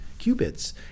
qubits